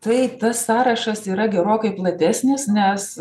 taip tas sąrašas yra gerokai platesnis nes